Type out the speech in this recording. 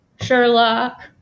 sherlock